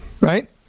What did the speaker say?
right